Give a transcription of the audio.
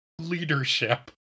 leadership